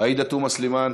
עאידה תומא סלימאן.